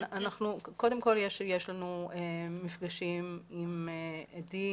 קודם כל יש לנו מפגשים עם עדים,